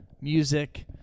Music